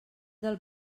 del